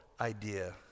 idea